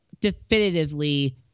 definitively